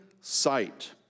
sight